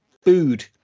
Food